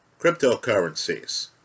cryptocurrencies